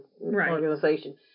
organization